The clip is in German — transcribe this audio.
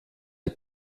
die